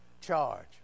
charge